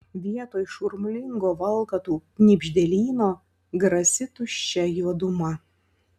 vietoj šurmulingo valkatų knibždėlyno grasi tuščia juoduma